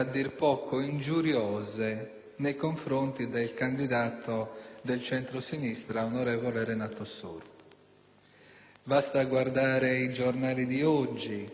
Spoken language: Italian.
Basta leggere i giornali di oggi, ma ciò sarà possibile anche guardando i giornali di domani, o ancora meglio guardando le registrazioni